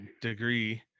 degree